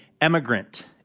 Emigrant